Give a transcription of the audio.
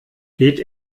geht